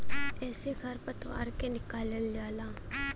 एसे खर पतवार के निकालल जाला